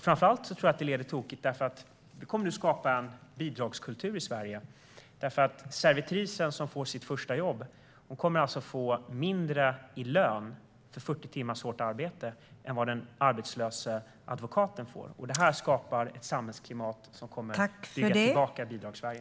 Framför allt leder detta tokigt eftersom en bidragskultur skapas i Sverige. Servitrisen som får sitt första jobb kommer alltså att få mindre i lön för 40 timmars hårt arbete än vad den arbetslöse advokaten får. Det skapar ett samhällsklimat som kommer att bygga tillbaka Bidragssverige.